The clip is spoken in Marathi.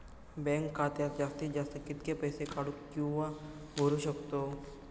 बँक खात्यात जास्तीत जास्त कितके पैसे काढू किव्हा भरू शकतो?